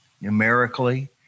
numerically